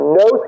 no